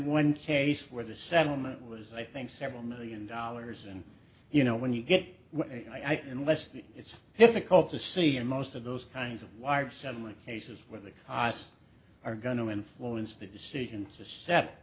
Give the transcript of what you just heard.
one case where the settlement was i think several million dollars and you know when you get and less that it's difficult to see in most of those kinds of large settlement cases where the costs are going to influence the decision to s